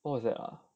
what was that ah